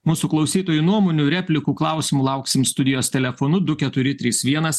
mūsų klausytojų nuomonių replikų klausimų lauksim studijos telefonu du keturi trys vienas